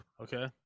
okay